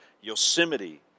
Yosemite